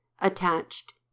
attached